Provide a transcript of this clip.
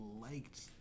liked